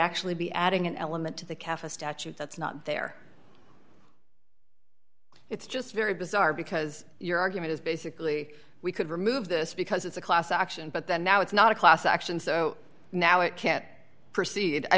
actually be adding an element to the cafe statute that's not there it's just very bizarre because your argument is basically we could remove this because it's a class action but that now it's not a class action so now it can't